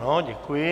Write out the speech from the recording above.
Ano, děkuji.